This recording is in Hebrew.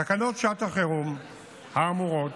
תקנות שעת חירום האמורות